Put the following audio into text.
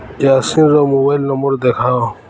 ୟାସିନର mobile number ଦେଖାଅ